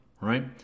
right